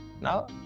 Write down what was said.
Now